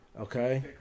Okay